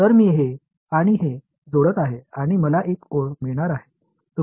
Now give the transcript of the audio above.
तर मी हे आणि हे जोडत आहे आणि मला एक ओळ मिळणार आहे